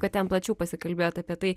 kad ten plačiau pasikalbėjot apie tai